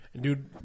Dude